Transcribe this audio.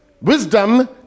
Wisdom